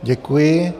Děkuji.